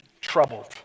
troubled